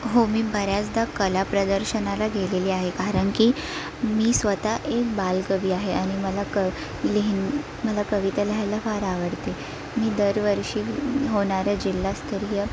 हो मी बऱ्याचदा कला प्रदर्शनाला गेलेली आहे कारण की मी स्वत एक बालकवी आहे आणि मला क लिहिणं मला कविता लिहायला फार आवडते मी दरवर्षी होणाऱ्या जिल्हास्तरीय